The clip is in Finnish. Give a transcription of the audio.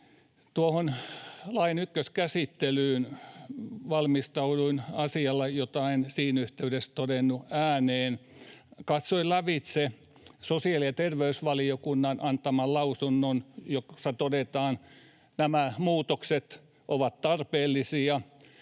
päällä. Lain ykköskäsittelyyn valmistauduin asialla, jota en siinä yhteydessä todennut ääneen. Katsoin lävitse sosiaali- ja terveysvaliokunnan antaman lausunnon, jossa todetaan, että nämä muutokset ovat tarpeellisia.